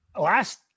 last